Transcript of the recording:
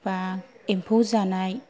बा एम्फौ जानाय